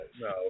No